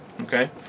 Okay